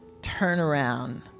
turnaround